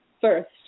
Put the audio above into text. first